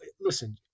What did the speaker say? Listen